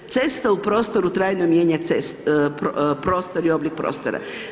Cesta u prostoru trajno mijenja prostor i oblik prostora.